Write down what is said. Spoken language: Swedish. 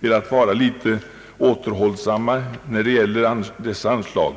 velat vara litet återhållsamma när det gäller dessa anslag.